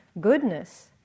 goodness